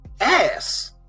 ass